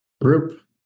group